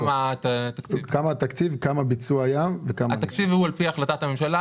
כאן כמעט ולא השתמשנו בנציג האוצר.